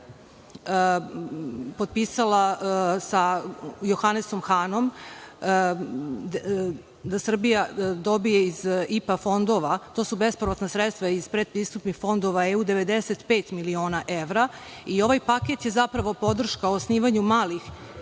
potpisala sa Johanesom Hanom da Srbija dobije iz IPA fondova, to su bespovratna sredstva iz pretpristupnih fondova EU, 95 miliona evra. Ovaj paket je zapravo podrška o osnivanju malih